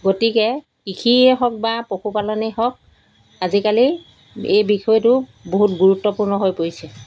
গতিকে কৃষিয়েই হওক বা পশুপালনেই হওক আজিকালি এই বিষয়টো বহুত গুৰুত্বপূৰ্ণ হৈ পৰিছে